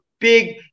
big